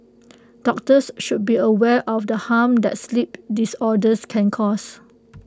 doctors should be aware of the harm that sleep disorders can cause